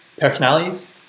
personalities